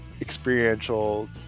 experiential